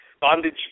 bondage